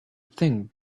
thing